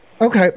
Okay